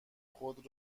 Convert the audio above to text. خود